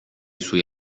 suoi